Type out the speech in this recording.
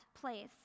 place